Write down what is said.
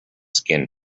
skin